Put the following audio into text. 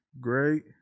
Great